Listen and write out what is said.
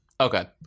Okay